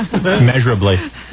measurably